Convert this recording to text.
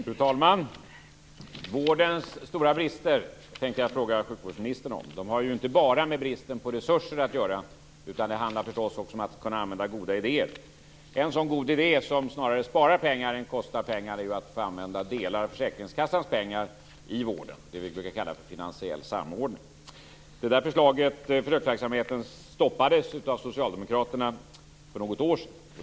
Fru talman! Vårdens stora brister tänkte jag fråga sjukvårdsministern om. De har inte bara med bristen på resurser att göra, utan det handlar förstås också om att kunna använda goda idéer. En sådan god idé som snarare sparar pengar än kostar pengar är att få använda delar av försäkringskassans pengar i vården. Det är det vi brukar kalla för finansiell samordning. Den försöksverksamheten stoppades av socialdemokraterna för något år sedan.